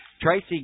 Tracy